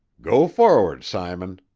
go for'ard, simon,